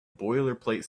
boilerplate